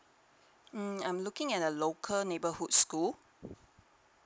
mm I'm looking at the local neighborhood school